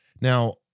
Now